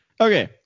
Okay